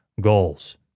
goals